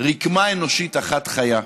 רקמה אנושית אחת חיה,